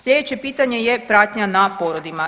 Slijedeće pitanje je pratnja na porodima.